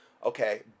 Okay